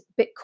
Bitcoin